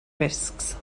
risks